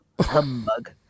humbug